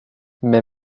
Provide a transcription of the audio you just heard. mes